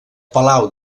palau